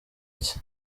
iki